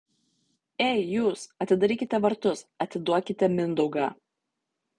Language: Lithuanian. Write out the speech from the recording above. ei jūs atidarykite vartus atiduokite mindaugą